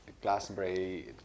Glastonbury